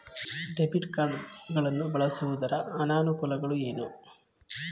Debit card ಗಳನ್ನು ಬಳಸುವುದರ ಅನಾನುಕೂಲಗಳು ಏನು?